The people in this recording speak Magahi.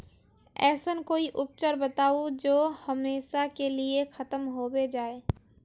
ऐसन कोई उपचार बताऊं जो हमेशा के लिए खत्म होबे जाए?